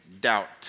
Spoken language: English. doubt